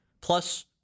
plus